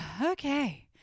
okay